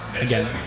Again